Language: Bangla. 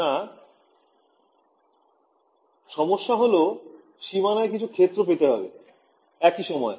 না সমস্যা হল সীমানায় কিছু ক্ষেত্র পেতে হবে একই সময়ে